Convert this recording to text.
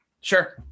Sure